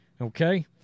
okay